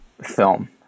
film